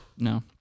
No